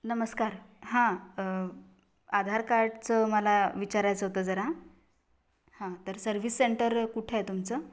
नमस्कार हां आधार कार्डचं मला विचारायचं होतं जरा हां तर सर्विस सेंटर कुठे आहे तुमचं